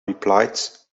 replied